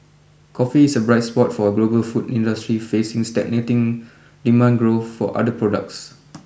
Coffee is a bright spot for a global food industry facing stagnating demand growth for other products